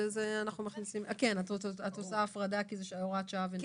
את עושה הפרדה כי זה של הוראת שעה?